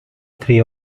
three